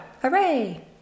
Hooray